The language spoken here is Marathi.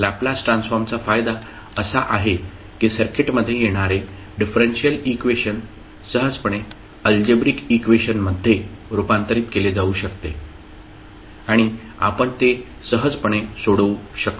लॅपलास ट्रान्सफॉर्मचा फायदा असा आहे की सर्किटमध्ये येणारे डिफरेंशियल इक्वेशन सहजपणे अल्जेब्रिक इक्वेशनमध्ये रूपांतरित केले जाऊ शकते आणि आपण ते सहजपणे सोडवू शकतो